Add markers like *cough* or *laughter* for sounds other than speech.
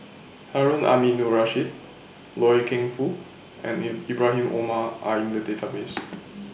Harun Aminurrashid Loy Keng Foo and *unintelligible* Ibrahim Omar Are in The Database *noise*